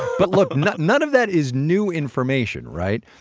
but, look none of that is new information, right?